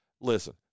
Listen